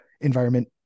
environment